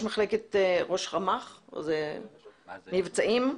רמ"ח מבצעים?